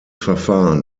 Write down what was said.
verfahren